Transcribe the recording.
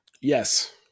Yes